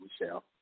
Michelle